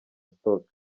stoke